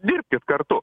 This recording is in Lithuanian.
dirbkit kartu